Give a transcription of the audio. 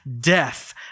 Death